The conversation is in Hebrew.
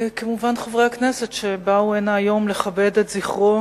כמובן חברי הכנסת שבאו הנה היום לכבד את זכרו